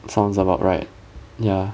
sounds about right ya